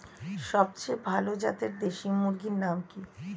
সবচেয়ে ভালো জাতের দেশি মুরগির নাম কি?